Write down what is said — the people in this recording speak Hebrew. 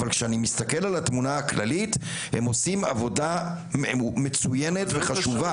אבל כשאני מסתכל על התמונה הכללית הם עושים עבודה מצוינת וחשובה.